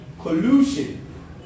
collusion